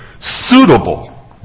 suitable